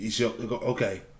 Okay